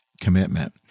commitment